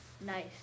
Nice